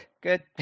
good